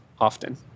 often